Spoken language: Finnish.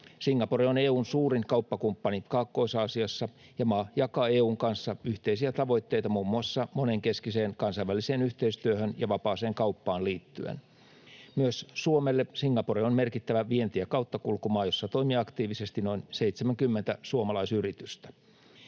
Singapore on EU:n suurin kauppakumppani Kaakkois-Aasiassa, ja maa jakaa EU:n kanssa yhteisiä tavoitteita muun muassa monenkeskiseen kansainväliseen yhteistyöhön ja vapaakauppaan liittyen. Myös Suomelle Singapore on merkittävä vienti- ja kauttakulkumaa, jossa toimii aktiivisesti noin 70 suomalaisyritystä.